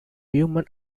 human